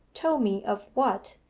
told me of what,